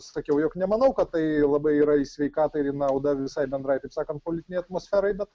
sakiau jog nemanau kad tai labai yra į sveikatą ir į naudą visai bendrai taip sakant politinei atmosferai bet